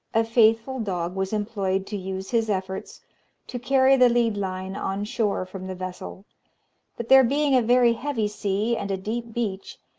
a faithful dog was employed to use his efforts to carry the lead-line on shore from the vessel but there being a very heavy sea, and a deep beach,